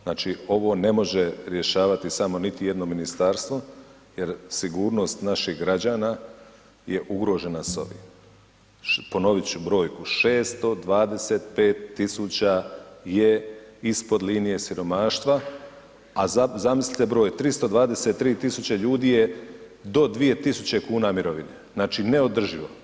Znači ovo ne može rješavati samo niti jedno ministarstvo jer sigurnost naših građana je ugrožena s ovim, ponovit ću brojku 625 tisuća je ispod linije siromaštva, a zamislite broj 323 tisuće ljudi je do 2000 kn mirovine, znači neodrživo.